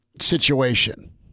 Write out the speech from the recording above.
situation